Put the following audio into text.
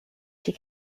she